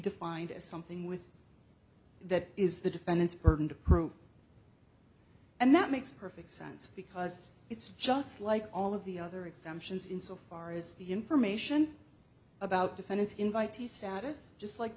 defined as something with that is the defendant's burden to prove and that makes perfect sense because it's just like all of the other exemptions in so far is the information about defendant's invitee status just like